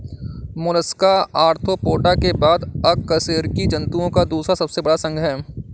Mollusca arthropoda के बाद अकशेरुकी जंतुओं का दूसरा सबसे बड़ा संघ है